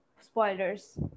spoilers